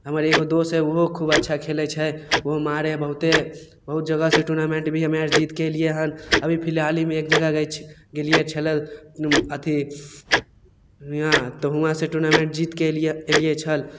हमर एगो दोस्त हए ओहो खूब अच्छा खेलैत छै ओहो मारै हइ बहुत्ते बहुत जगहसे टूर्नामेन्टभी हमे आर जीतके एलियै हन अभी फिलहालमे एक जगह गेल छियै गेलियै छलऽ अथी हियाँ तऽ हुआँसे टूर्नामेन्ट जीतके एलियै एलियै छल